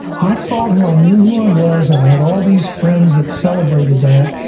i thought who i knew who i was and i had all these friends that celebrated that,